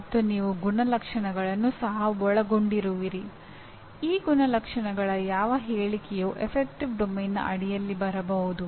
ಮತ್ತು ನೀವು ಗುಣಲಕ್ಷಣಗಳನ್ನು ಸಹ ಒಳಗೊಂಡಿರುವಿರಿ ಈ ಗುಣಲಕ್ಷಣಗಳ ಯಾವ ಹೇಳಿಕೆಯು ಗಣನ ಕ್ಷೇತ್ರದ ಅಡಿಯಲ್ಲಿ ಬರಬಹುದು